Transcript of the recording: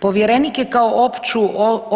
Povjerenik je kao opću